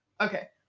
Okay